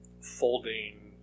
folding